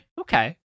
Okay